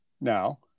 now